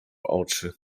oczy